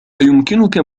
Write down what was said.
أيمكنك